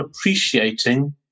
appreciating